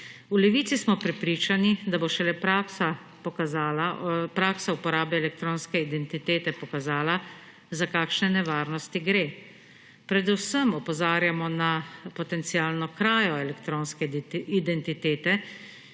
V Levici smo prepričani, da bo šele praksa uporabe elektronske identitete pokazala, za kakšne nevarnosti gre. Predvsem opozarjamo na potencialno krajo elektronske identitete,